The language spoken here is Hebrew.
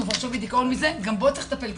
ועכשיו הוא בדיכאון מזה גם בו צריך לטפל.